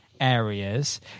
areas